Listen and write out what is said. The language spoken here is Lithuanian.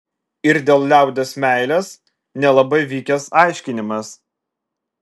ir dėl liaudies meilės nelabai vykęs aiškinimas